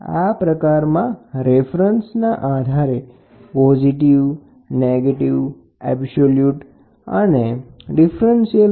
આ પ્રકારનું મેનોમીટર બેલના રેફરન્સ સાઇડના દબાણના આધારે પોઝિટિવ નેગેટીવ એબ્સોલ્યુટ અને દબાણનો તફાવત માપવા માટે સક્ષમ છે